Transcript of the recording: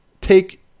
take